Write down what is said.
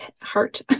heart